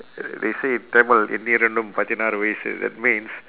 they say in tamil என்றிலும் பதினாறு வயசு:enrilum pathinaaru vayasu that means